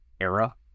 era